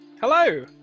Hello